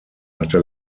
hatte